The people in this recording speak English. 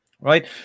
Right